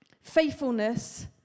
faithfulness